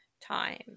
time